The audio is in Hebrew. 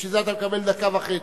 ובשביל זה אתה מקבל דקה וחצי.